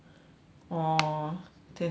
orh then too bad lor